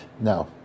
no